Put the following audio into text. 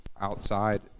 outside